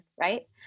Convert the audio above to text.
right